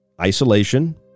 isolation